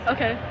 Okay